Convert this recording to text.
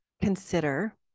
consider